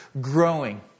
growing